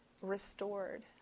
restored